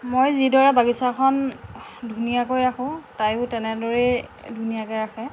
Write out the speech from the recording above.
মই যিদৰে বাগিচাখন ধুনীয়াকৈ ৰাখোঁ তায়ো তেনেদৰেই ধুনীয়াকৈ ৰাখে